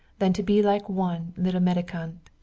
than to be like one little mendicant.